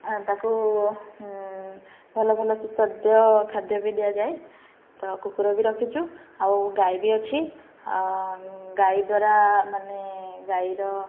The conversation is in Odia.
ତା'କୁ ଭଲ ଭଲ ସୁସ୍ୱାଦ୍ୟ ଖାଦ୍ୟ ବି ଦିଆଯାଏ ତ କୁକୁର ବି ରଖିଛୁ ଆଉ ଗାଈ ବି ଅଛି ଗାଈ ଦ୍ୱାରା ମାନେ ଗାଈର